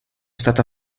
stata